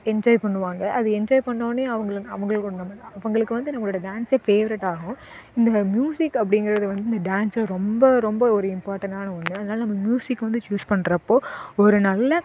enjoy பண்ணுவாங்க அது enjoy பண்ணவுனே அவங்கள அவங்களுக்கு ஒன்று அவங்களுக்கு வந்து நம்மளோடய டான்ஸ்ஸே ஃபேவரட் ஆகும் இதில் மியூசிக் அப்படிங்கிறது வந்து இந்த டான்ஸில் ரொம்ப ரொம்ப ஒரு இம்பார்ட்டெண்ட் ஆன ஒன்று அதனால நம்ம மியூசிக் வந்து சூஸ் பண்ணுறப்போ ஒரு நல்ல